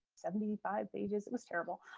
seventy five pages. it was terrible.